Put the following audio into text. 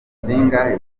zingahe